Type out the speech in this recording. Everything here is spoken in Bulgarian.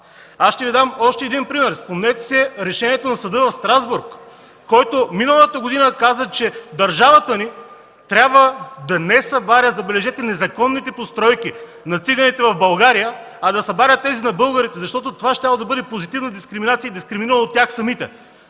Ще Ви дам още един пример. Спомнете си решението на Съда в Страсбург, който миналата година каза, че държавата ни не трябва да събаря, забележете, незаконните постройки на циганите в България, а да събаря тези на българите, защото това щяло да бъде позитивна дискриминация – дискриминирано от тях самите!